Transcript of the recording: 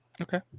Okay